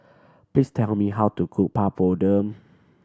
please tell me how to cook Papadum